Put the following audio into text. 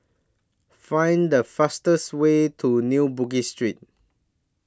Find The fastest Way to New Bugis Street